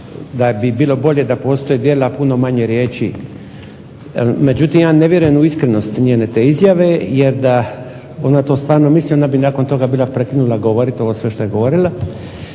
da bi bilo bolje da postoje djela, a puno manje riječi. Međutim, ja ne vjerujem u iskrenost njene te izjave jer da ona to stvarno misli onda bi nakon toga bila prekinula govoriti ovo sve što je govorila